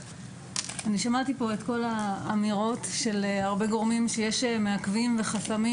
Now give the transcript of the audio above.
אני שמעתי פה את כל האמירות של הרבה גורמים שיש מעכבים וחסמים